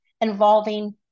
involving